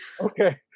Okay